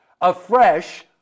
afresh